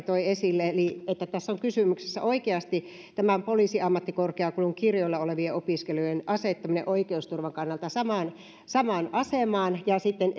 toi esille eli että tässä on kysymyksessä oikeasti poliisiammattikorkeakoulun kirjoilla olevien opiskelijoiden asettamisesta oikeusturvan kannalta samaan samaan asemaan ja sitten